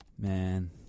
Man